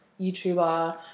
YouTuber